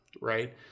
Right